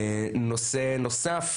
נושא נוסף